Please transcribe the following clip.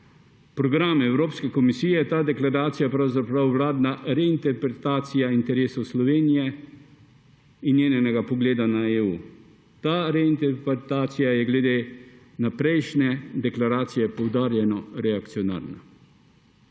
programe Evropske komisije, je ta deklaracija pravzaprav vladna reinterpretacija interesov Slovenije in njenega pogleda na EU. Ta reinterpretacija je glede na prejšnje deklaracije poudarjeno reakcionarna.